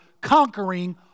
conquering